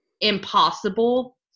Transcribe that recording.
impossible